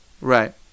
Right